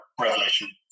revelation